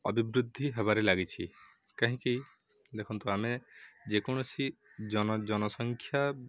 ଅଭିବୃଦ୍ଧି ହେବାରେ ଲାଗିଛି କାହିଁକି ଦେଖନ୍ତୁ ଆମେ ଯେକୌଣସି ଜନ ଜନସଂଖ୍ୟା